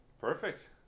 Perfect